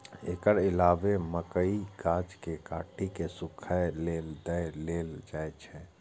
एकर अलावे मकइक गाछ कें काटि कें सूखय लेल दए देल जाइ छै